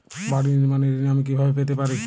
বাড়ি নির্মাণের ঋণ আমি কিভাবে পেতে পারি?